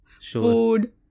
food